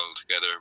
together